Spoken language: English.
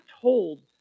told